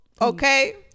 Okay